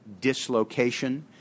dislocation